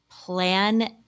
plan